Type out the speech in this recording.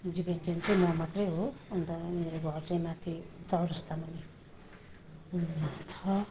dependent चाहिँ म मात्रै हो अन्त मेरो घर चाहिँ माथि चौरस्ता मुनि छ